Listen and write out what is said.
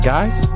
Guys